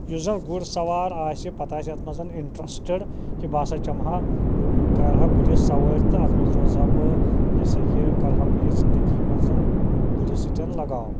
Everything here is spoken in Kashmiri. یُس زن گُر سوار آسہِ پَتہٕ آسہِ یتھ مَنز اِنٹریٚسٹِڈ کہِ بہٕ ہَسا چمہٕ ہا کَرٕہا گُرِس سَوٲرۍ تہٕ اَتھ مَنٛز روزٕ ہا بہٕ یہِ ہَسا یہِ کَرٕ ہا بہٕ یہِ زنٛدگی مَنٛز گُرِس سۭتٮ۪ن لگاو